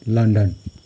London